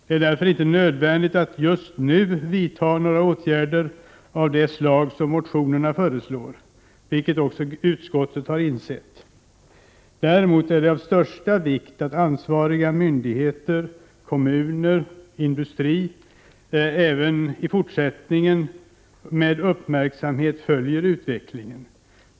Det är därför inte nödvändigt att just nu vidta åtgärder av det slag som föreslås i motionerna. Det har också utskottet insett. Däremot är det av största vikt att ansvariga myndigheter, kommuner och industrier även i fortsättningen uppmärksamt följer utvecklingen.